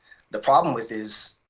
the problem with is,